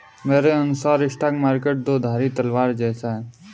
मेरे अनुसार stock market दो धारी तलवार जैसा है